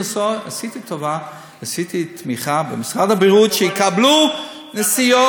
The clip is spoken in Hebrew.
אני מבקשת לסיים את הוויכוח הזה.